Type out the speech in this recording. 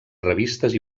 revistes